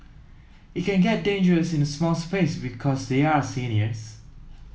it can get dangerous in a small space because they are seniors